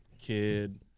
kid